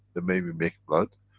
the way we make blood.